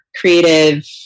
creative